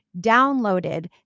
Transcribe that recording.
downloaded